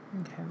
Okay